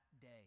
day